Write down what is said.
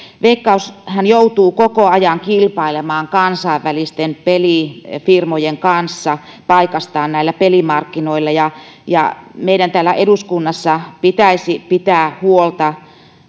veikkaushan joutuu koko ajan kilpailemaan kansainvälisten pelifirmojen kanssa paikastaan näillä pelimarkkinoilla meidän täällä eduskunnassa pitäisi pitää huolta